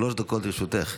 שלוש דקות לרשותך.